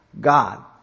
God